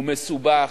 הוא מסובך.